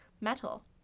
Metal